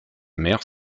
mère